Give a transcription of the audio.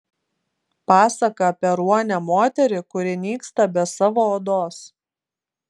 pasaka apie ruonę moterį kuri nyksta be savo odos